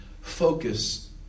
Focus